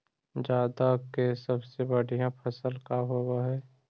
जादा के सबसे बढ़िया फसल का होवे हई?